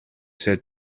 said